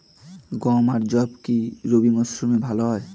গম আর যব কি রবি মরশুমে ভালো হয়?